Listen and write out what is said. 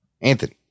Anthony